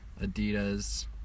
Adidas